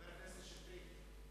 חבר הכנסת שטרית,